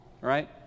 Right